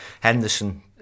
Henderson